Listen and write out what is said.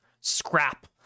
scrap